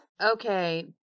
Okay